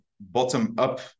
bottom-up